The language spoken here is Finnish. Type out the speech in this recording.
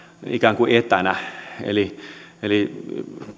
ikään kuin etänä eli eli